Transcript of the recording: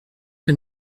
que